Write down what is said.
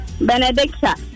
Benedicta